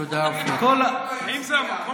תודה, אופיר.